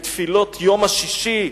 בתפילות יום השישי.